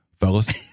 fellas